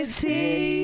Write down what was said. see